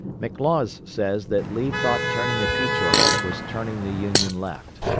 mclaws says that lee thought turning the peach orchard was turning the union left.